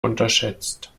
unterschätzt